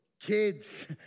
kids